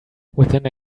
within